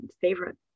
favorite